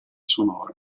sonore